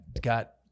got